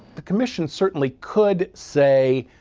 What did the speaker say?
the commission certainly could say,